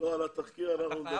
על התחקיר אנחנו נדבר.